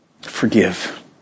forgive